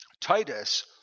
Titus